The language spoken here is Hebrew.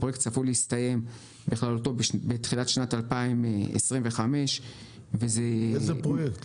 הפרויקט צפוי להסתיים בכללותו בתחילת שנת 2025. איזה פרויקט?